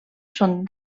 són